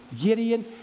Gideon